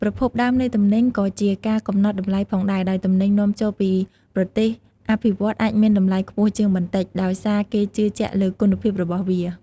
ប្រភពដើម នៃទំនិញក៏ជាការកំណត់តម្លៃផងដែរ ដោយទំនិញនាំចូលពីប្រទេសអភិវឌ្ឍន៍អាចមានតម្លៃខ្ពស់ជាងបន្តិច ដោយសារគេជឿជាក់លើគុណភាពរបស់វា។